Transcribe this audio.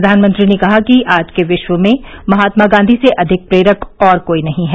प्रधानमंत्री ने कहा कि आज के विश्व में महात्मा गांधी से अधिक प्रेरक कोई और नहीं है